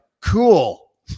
cool